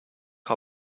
how